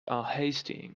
unhasting